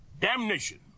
damnation